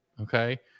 Okay